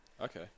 Okay